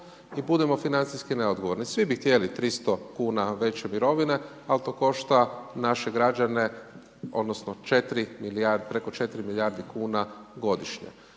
i budemo financijski neodgovorni. Svi bi htjeli 300 kuna veće mirovine, ali to košta naše građane, odnosno preko 4 milijarde kuna godišnje.